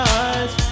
eyes